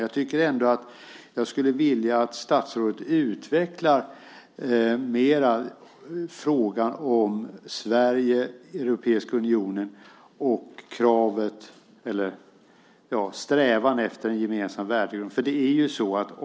Jag skulle ändå vilja att statsrådet utvecklar frågan om Sverige, Europeiska unionen och strävan efter en gemensam värdegrund.